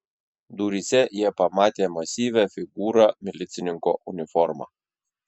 duryse jie pamatė masyvią figūrą milicininko uniforma